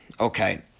Okay